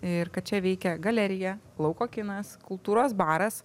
ir kad čia veikia galerija lauko kinas kultūros baras